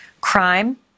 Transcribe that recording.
Crime